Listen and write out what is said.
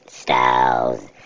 styles